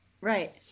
Right